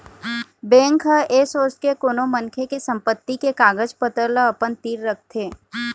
bank ह ऐ सोच के कोनो मनखे के संपत्ति के कागज पतर ल अपन तीर रखथे